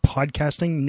Podcasting